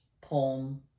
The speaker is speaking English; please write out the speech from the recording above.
poem